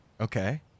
Okay